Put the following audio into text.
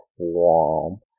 womp